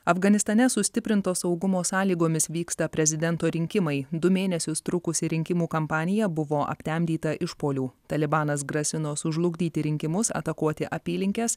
afganistane sustiprinto saugumo sąlygomis vyksta prezidento rinkimai du mėnesius trukusi rinkimų kampanija buvo aptemdyta išpuolių talibanas grasino sužlugdyti rinkimus atakuoti apylinkės